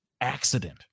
accident